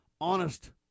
honest